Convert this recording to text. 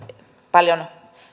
paljon